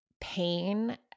pain